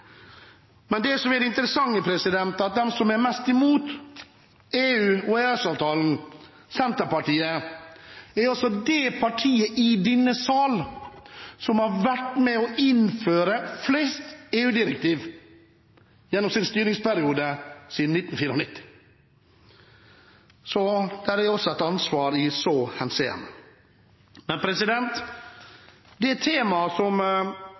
Men det som er det interessante, er at de som er mest imot EU og EØS-avtalen, Senterpartiet, også er det partiet i denne sal som har vært med på å innføre flest EU-direktiv siden 1994, gjennom sin styringsperiode. Så de har også et ansvar i så henseende. Det temaet som utenriksministeren var lite inne på i sin redegjørelse, er den maktforskyvningen som